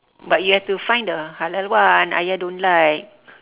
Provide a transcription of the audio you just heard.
but you have to find the halal one ayah don't like